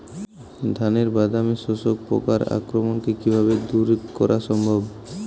ধানের বাদামি শোষক পোকার আক্রমণকে কিভাবে দূরে করা সম্ভব?